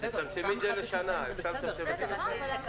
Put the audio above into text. אז תצמצמי את זה לשנה, אפשר לצמצם את זה לשנה.